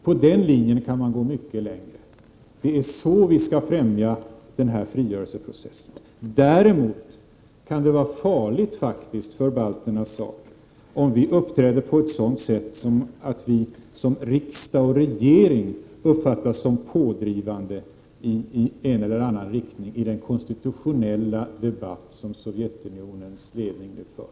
På den linjen kan man gå mycket längre. Det är på det sättet vi kan främja denna frigörelseprocess. Däremot kan det faktiskt vara farligt för balternas sak om vi uppträder på ett sådant sätt att det uppfattas som om Sveriges riksdag och regering är pådrivande i en eller annan riktning i den konstitutionella debatt som Sovjetunionens ledning nu för.